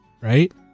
right